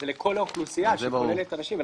זה לכל האוכלוסייה שכוללת אנשים.